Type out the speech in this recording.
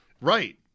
Right